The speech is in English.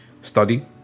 Study